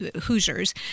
Hoosiers